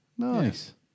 Nice